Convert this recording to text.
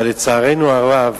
אבל לצערנו הרב,